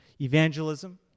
evangelism